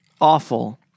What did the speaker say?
Awful